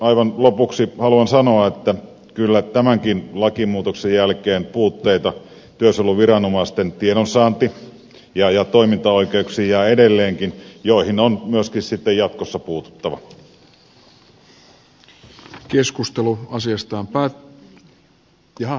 aivan lopuksi haluan sanoa että kyllä tämänkin lakimuutoksen jälkeen puutteita työsuojeluviranomaisten tiedonsaanti ja toimintaoikeuksiin jää edelleenkin joihin on myöskin sitten jatkossa puututtava